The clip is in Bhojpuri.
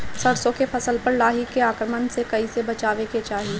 सरसो के फसल पर लाही के आक्रमण से कईसे बचावे के चाही?